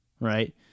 right